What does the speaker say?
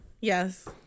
Yes